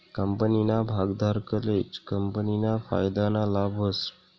कंपनीना भागधारकलेच कंपनीना फायदाना लाभ व्हस